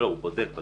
הוא בודק.